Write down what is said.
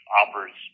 offers